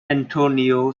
antonio